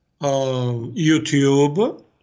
YouTube